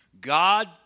God